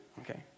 okay